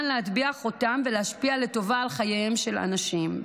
להטביע חותם ולהשפיע לטובה על חייהם של אנשים,